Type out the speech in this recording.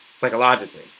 psychologically